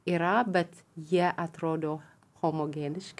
yra bet jie atrodo homogeniški